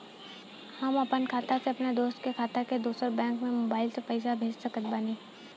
हम आपन खाता से अपना दोस्त के खाता मे दोसर बैंक मे मोबाइल से पैसा कैसे भेज सकत बानी?